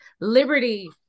liberty